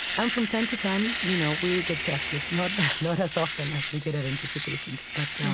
and from time to time, you know we get justice not not as often as we get identifications but um